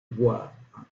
voir